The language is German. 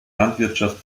landwirtschaft